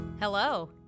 Hello